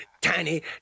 tiny